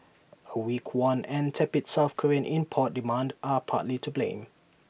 A weak won and tepid south Korean import demand are partly to blame